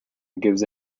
gives